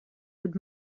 would